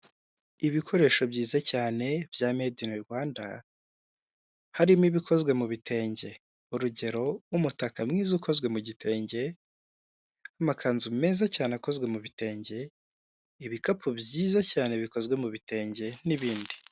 Ibikoresho byiza cyane bya medini Rwanda harimo ibikozwe mu bitenge urugero nk'umutaka mwiza ukozwe mu gitenge amakanzu meza cyane akozwe mu bi bitenge ibikapu byiza cyane bikozwe mu bitenge n'ibindi.